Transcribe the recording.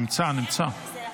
נמצא.